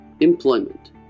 Employment